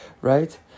right